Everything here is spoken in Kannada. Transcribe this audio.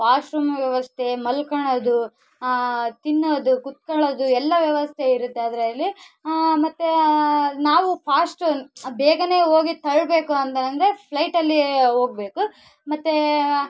ವಾಶ್ ರೂಮ್ ವ್ಯವಸ್ಥೆ ಮಲ್ಕೋಳೋದು ತಿನ್ನೋದು ಕೂತ್ಕೊಳ್ಳೋದು ಎಲ್ಲ ವ್ಯವಸ್ಥೆ ಇರುತ್ತೆ ಅದರಲ್ಲಿ ಮತ್ತೆ ನಾವು ಫಾಸ್ಟ್ ಬೇಗನೆ ಹೋಗಿ ತಳ್ಬೇಕು ಅಂದನಂದ್ರೆ ಫ್ಲೈಟಲ್ಲಿ ಹೋಗ್ಬೇಕು ಮತ್ತೆ